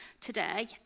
today